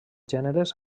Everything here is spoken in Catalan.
gèneres